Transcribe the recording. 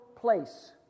place